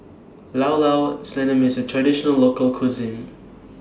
Llao Llao Sanum IS A Traditional Local Cuisine